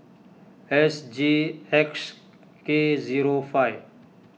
S G X K zero five